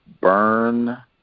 Burn